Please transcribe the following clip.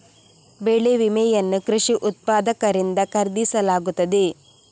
ಬೆಳೆ ವಿಮೆಯನ್ನು ಕೃಷಿ ಉತ್ಪಾದಕರಿಂದ ಖರೀದಿಸಲಾಗುತ್ತದೆ